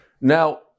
Now